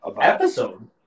Episode